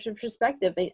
perspective